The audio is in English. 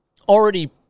already